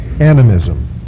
Animism